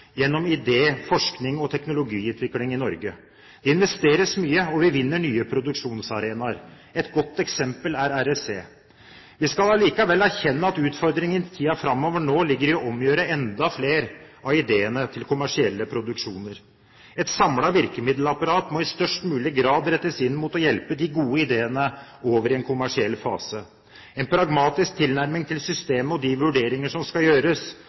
gjennom idé, forskning og teknologiutvikling i Norge. Det investeres mye, og vi vinner nye produksjonsarenaer. Et godt eksempel er REC. Vi skal likevel erkjenne at utfordringen i tiden framover nå ligger i å omgjøre enda flere av ideene til kommersielle produksjoner. Et samlet virkemiddelapparat må i størst mulig grad rettes inn mot å hjelpe de gode ideene over i en kommersiell fase. En pragmatisk tilnærming til systemet og de vurderinger som skal gjøres